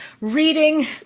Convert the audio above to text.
reading